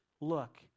look